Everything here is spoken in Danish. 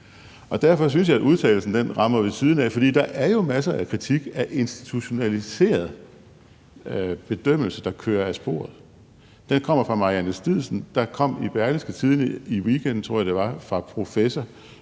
derfor synes jeg, at udtalelsen rammer ved siden af. For der er jo masser af kritik af institutionaliseret bedømmelse, der kører af sporet. Den kommer fra Marianne Stidsen; og den kom i Berlingske Tidende – i weekenden tror jeg det var – fra professor